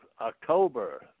October